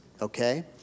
okay